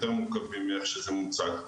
יותר מורכבים מאיך שזה מוצג.